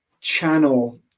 channel